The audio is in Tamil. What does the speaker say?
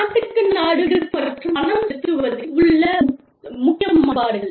நாட்டுக்கு நாடு விடுப்பு மற்றும் பணம் செலுத்துவதில் உள்ள முக்கிய மாறுபாடுகள்